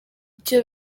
icyo